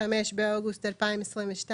ההגדרה היא מה-5 באוגוסט עד